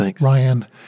Ryan